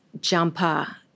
jumper